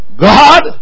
God